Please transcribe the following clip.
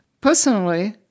personally